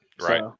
Right